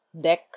deck